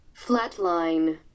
flatline